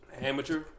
Amateur